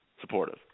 supportive